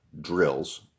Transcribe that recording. drills